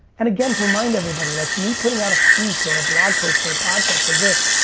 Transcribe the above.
and, again, to remind everybody like me putting out a tweet or a blog post or a podcast or this,